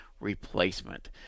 replacement